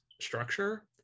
structure